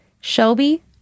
Shelby